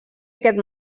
aquest